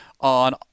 on